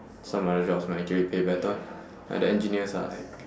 some other jobs might actually pay better like the engineers are like